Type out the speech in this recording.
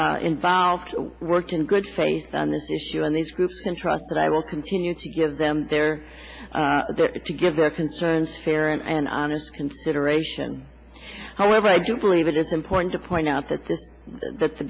everyone involved worked in good faith on this issue and these groups can trust that i will continue to give them their to give their concerns fair and honest consideration however i do believe it's important to point out that this that the